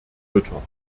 mütter